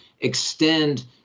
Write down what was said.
extend